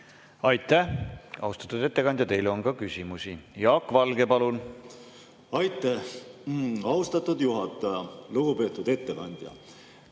Aitäh, austatud ettekandja! Teile on ka küsimusi. Jaak Valge, palun! Aitäh, austatud juhataja! Lugupeetud ettekandja!